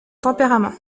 tempérament